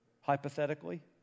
hypothetically